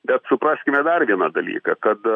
bet supraskime dar vieną dalyką kad